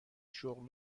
شغل